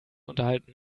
unterhalten